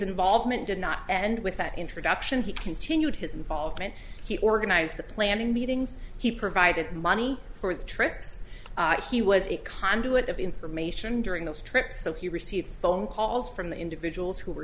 involvement did not end with that introduction he continued his involvement he organized the planning meetings he provided money for the trips he was a conduit of information during those trips so he received phone calls from the individuals who